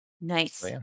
Nice